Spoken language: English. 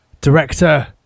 director